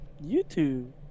youtube